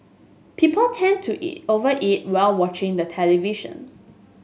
people tend to over eat while watching the television